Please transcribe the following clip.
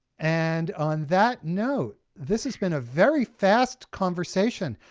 and on that note, this has been a very fast conversation.